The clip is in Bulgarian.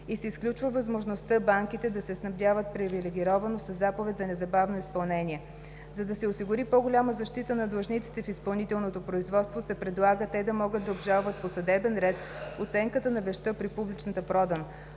и се изключва възможността банките да се снабдяват привилегировано със заповед за незабавно изпълнение. За да се осигури по-голяма защита на длъжниците в изпълнителното производство се предлага те да могат да обжалват по съдебен ред оценката на вещта при публичната продан,